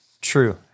true